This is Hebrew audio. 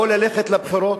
או ללכת לבחירות,